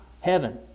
heaven